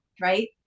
right